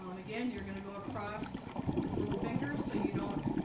um again, you're going to go across his little fingers so you don't